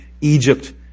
Egypt